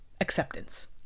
Acceptance